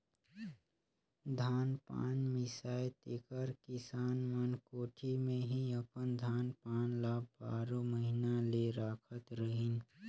धान पान मिसाए तेकर किसान मन कोठी मे ही अपन धान पान ल बारो महिना ले राखत रहिन